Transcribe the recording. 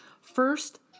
First